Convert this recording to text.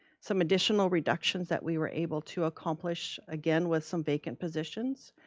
some additional reductions that we were able to accomplish, again, with some vacant positions.